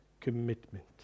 commitment